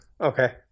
Okay